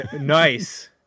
Nice